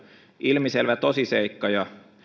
ilmiselvä tosiseikka